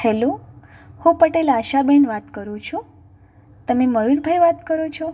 hello હું પટેલ આશાબેન વાત કરું છું તમે મયુરભાઈ વાત કરો છો